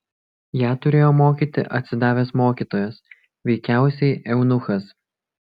ją turėjo mokyti atsidavęs mokytojas veikiausiai eunuchas